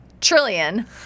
trillion